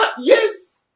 yes